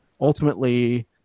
ultimately